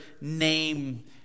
name